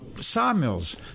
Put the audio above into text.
sawmills